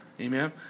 Amen